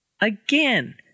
again